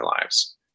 lives